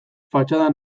fatxada